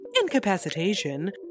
incapacitation